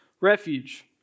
refuge